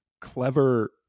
clever